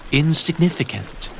insignificant